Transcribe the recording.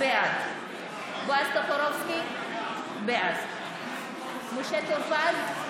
בעד בועז טופורובסקי, בעד משה טור פז,